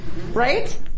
right